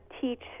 teach